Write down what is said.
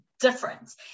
difference